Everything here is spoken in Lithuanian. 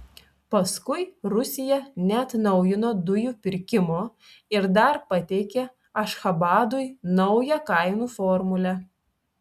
paskui rusija neatnaujino dujų pirkimo ir dar pateikė ašchabadui naują kainų formulę